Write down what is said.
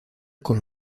con